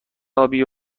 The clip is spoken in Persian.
کلی